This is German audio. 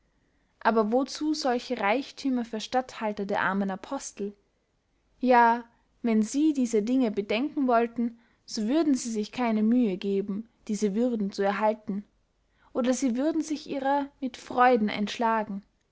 aber wozu solche reichthümer für statthalter der armen apostel ja wenn sie diese dinge bedenken wollten so würden sie sich keine mühe geben diese würde zu erhalten oder sie würden sich ihrer mit freuden entschlagen